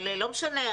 לא משנה,